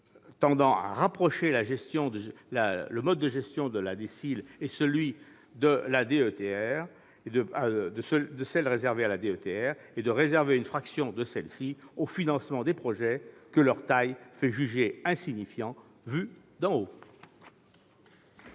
tendant à rapprocher le mode de gestion de la DSIL de celui de la DETR et à réserver une fraction de celle-ci au financement des projets que leur taille fait juger insignifiants vus d'en haut.